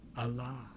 Allah